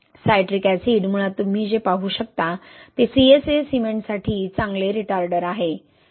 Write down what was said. citric acid मुळात तुम्ही जे पाहू शकता ते CSA सिमेंटसाठी चांगले रिटार्डर आहे